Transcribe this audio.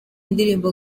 ndirimbo